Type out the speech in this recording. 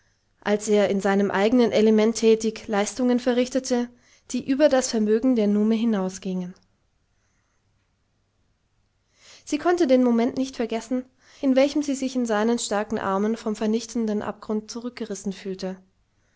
als er in seinem eignen element tätig leistungen verrichtete die über das vermögen der nume hinausgingen sie konnte den moment nicht vergessen in welchem sie sich in seinen starken armen vom vernichtenden abgrund zurückgerissen fühlte